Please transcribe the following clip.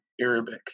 Arabic